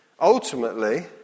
ultimately